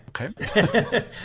Okay